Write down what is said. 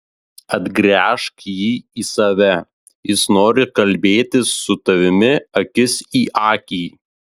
atgręžk jį į save jis nori kalbėtis su tavimi akis į akį